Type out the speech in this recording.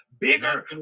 bigger